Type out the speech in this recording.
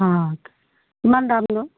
অ কিমান দামনো